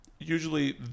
Usually